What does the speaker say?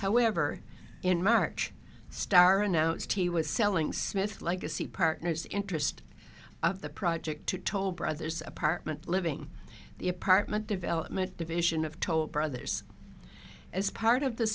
however in march star announced he was selling smith legacy partners interest of the project to toll brothers apartment living the apartment development division of toll brothers as part of the